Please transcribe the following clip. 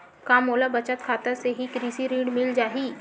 का मोला बचत खाता से ही कृषि ऋण मिल जाहि?